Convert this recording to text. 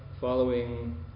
Following